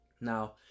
Now